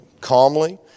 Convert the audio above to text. calmly